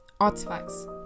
artifacts